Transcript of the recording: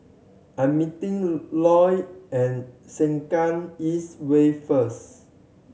I am meeting Loy at Sengkang East Way first